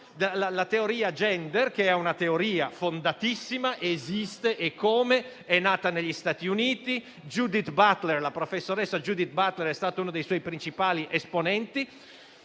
la teoria *gender*, che è una teoria fondatissima, che esiste ed è nata negli Stati Uniti. La professoressa Judith Butler è stata una dei suoi principali esponenti,